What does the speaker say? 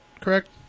correct